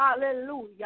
Hallelujah